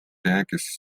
rääkis